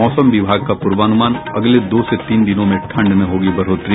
मौसम विभाग का पूर्वानुमान अगले दो से तीन दिनों में ठंड में होगी बढ़ोतरी